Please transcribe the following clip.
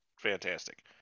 fantastic